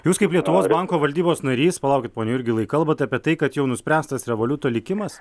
jūs kaip lietuvos banko valdybos narys palaukit pone jurgilai kalbat apie tai kad jau nuspręstas revoliuto likimas